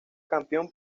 campeón